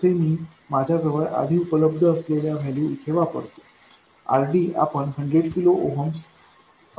तसे मी माझ्याजवळ आधी उपलब्ध असलेल्या व्हॅल्यू इथे वापरतो RDआपण 100 किलो ओहम्स घेतले आहे